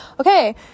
okay